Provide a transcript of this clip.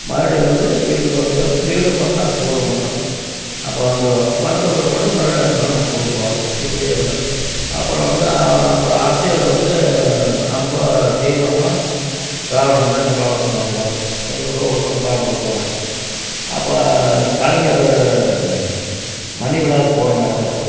மறுபடியும் வந்து வீட்டுக்கு வந்து வீடும் பக்கம் ஸ்கூலும் பக்கம் அப்போ வந்துடுவோம் வந்த பிற்பாடு மறுபடியும் அடுத்த நாள் ஸ்கூல் போவோம் இப்படியே இருந்தோம் அப்றம் வந்து அப்புறம் அரசியல்ல வந்து ரொம்ப தீவிரமாக திராவிட முன்னேற்றக் கழகத்துல இருந்தோம் எங்களுக்கும் உறுப்பினர் கார்டு கொடுத்தாங்க அப்போ கலைஞர் மணிவிழாவுக்கு போனோம் மெட்ராஸு